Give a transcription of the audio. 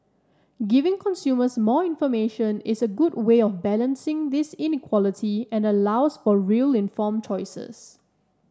giving consumers more information is a good way of balancing this inequality and allows for real informed choices